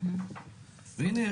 הנה,